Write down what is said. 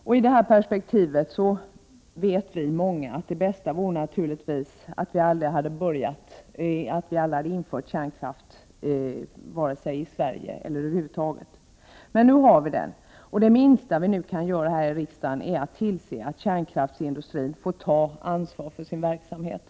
I detta perspektiv är vi många som är medvetna om att det bästa 118 naturligtvis vore att vi aldrig hade infört kärnkraften, vare sig i Sverige eller någon annanstans. Men nu har vi den och det minsta vi riksdagsledamöter Prot. 1988/89:104 kan göra är att se till att kärnkraftsindustrin får ta ansvar för sin verksamhet.